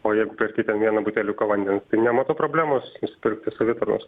o jeigu perki ten vieną buteliuką vandens tai nematau problemos nusipirkti savitarnos